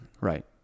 Right